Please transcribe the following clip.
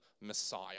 Messiah